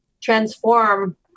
transform